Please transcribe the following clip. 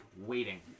waiting